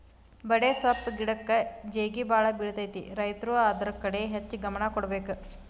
ಬಡೆಸ್ವಪ್ಪ್ ಗಿಡಕ್ಕ ಜೇಗಿಬಾಳ ಬಿಳತೈತಿ ರೈತರು ಅದ್ರ ಕಡೆ ಹೆಚ್ಚ ಗಮನ ಕೊಡಬೇಕ